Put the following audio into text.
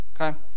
Okay